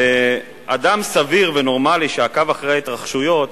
אדם סביר ונורמלי, שעקב אחרי ההתרחשויות,